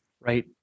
Right